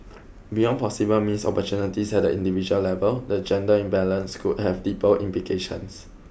beyond possible missed opportunities at the individual level the gender imbalance could have deeper implications